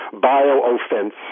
bio-offense